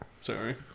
Sorry